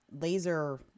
laser